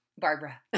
Barbara